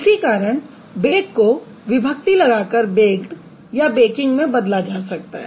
इसी कारण BAKE को विभक्ति लगाकर BAKED या BAKING में बदला जा सकता है